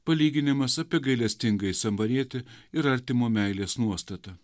palyginimas apie gailestingąjį samarietį ir artimo meilės nuostata